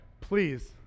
Please